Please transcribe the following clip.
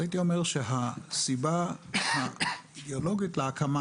הייתי אומר שהסיבה האידיאולוגית להקמה